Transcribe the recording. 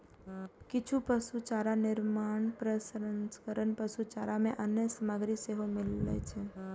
किछु पशुचारा निर्माता प्रसंस्कृत पशुचारा मे अन्य सामग्री सेहो मिलबै छै